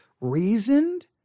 reasoned